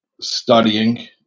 studying